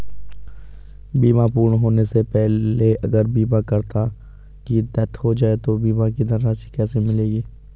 बीमा पूर्ण होने से पहले अगर बीमा करता की डेथ हो जाए तो बीमा की धनराशि किसे मिलेगी?